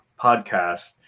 podcast